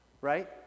right